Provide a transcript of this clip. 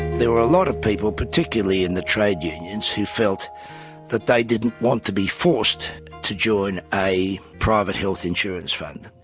there were a lot of people, particularly in the trade unions who felt that they didn't want to be forced to join a private health insurance fund,